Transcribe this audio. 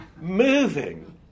moving